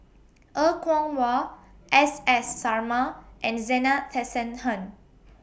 Er Kwong Wah S S Sarma and Zena Tessensohn